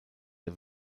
der